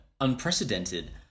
unprecedented